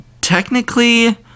technically